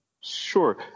Sure